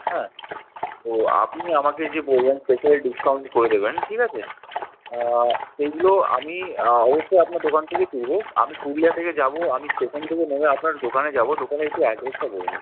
হ্যাঁ তো আপনি আমাকে যে বললেন স্পেশাল ডিসকাউন্ট করে দেবেন ঠিক আছে সেগুলো আমি অবশ্যই আপনার দোকান থেকে তুলবো আমি পুরুলিয়া থেকে যাবো আমি স্টেশন থেকে নেমে আপনার দোকানে যাবো দোকানে একটু অ্যাড্রেসটা বলুন